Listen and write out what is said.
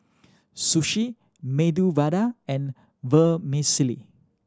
Sushi Medu Vada and Vermicelli